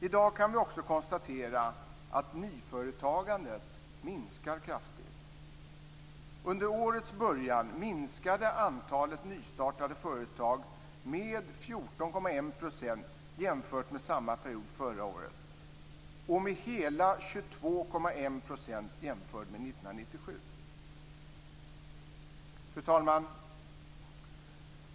I dag kan vi också konstatera att nyföretagandet minskar kraftigt. Under årets början minskade antalet nystartade företag med 14,1 % jämfört med samma period förra året och med hela 22,1 % jämfört med Fru talman!